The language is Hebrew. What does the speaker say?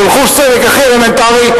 של חוש צדק הכי אלמנטרי,